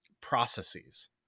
processes